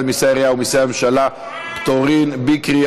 מיסי העירייה ומיסי הממשלה (פטורין) (מס' 31)